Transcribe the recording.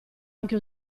anche